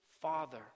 father